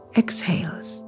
exhales